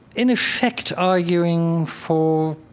in effect arguing for